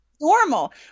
Normal